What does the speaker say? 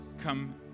come